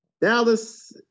Dallas